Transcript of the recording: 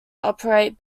operate